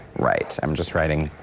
right? i'm just writing.